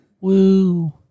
woo